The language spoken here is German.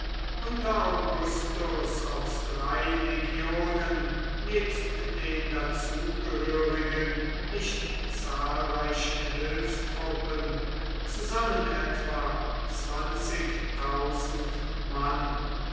unter augustus aus drei legionen nebst den dazugehörigen nicht zahlreichen hilfstruppen zusammen etwa zwanzigtausend mann